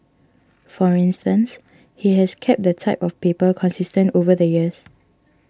for instance he has kept the type of paper consistent over the years